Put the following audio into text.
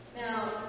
Now